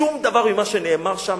שום דבר ממה שנאמר שמה,